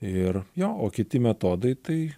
ir jo o kiti metodai tai